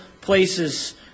places